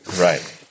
Right